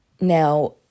Now